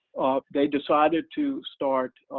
they decided to start